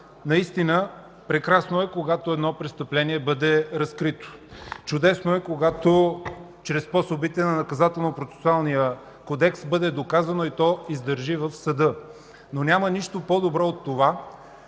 Наистина, прекрасно е, когато едно престъпление бъде разкрито. Чудесно е, когато чрез способите на Наказателнопроцесуалния кодекс бъде доказано и то издържи в съда. Но няма нищо по-добро от това